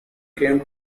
came